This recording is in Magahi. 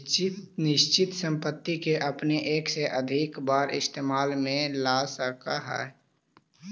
निश्चित संपत्ति के अपने एक से अधिक बार इस्तेमाल में ला सकऽ हऽ